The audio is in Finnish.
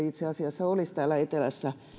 itse asiassa olisi täällä etelässä